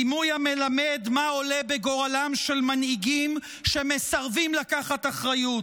דימוי המלמד מה עולה בגורלם של מנהיגים המסרבים לקחת אחריות,